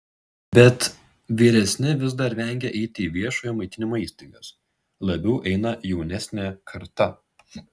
bet vyresni vis dar vengia eiti į viešojo maitinimo įstaigas labiau eina jaunesnė karta